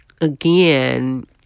again